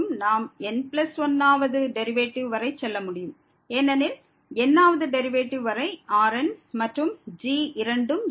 நாம் n1th வது derivative வரை செல்ல முடியும் ஏனெனில் n வது டெரிவேட்டிவ் வரை Rn மற்றும் g இரண்டும் 0